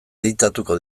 editatuko